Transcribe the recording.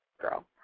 girl